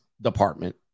department